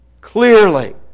Clearly